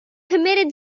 committed